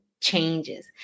changes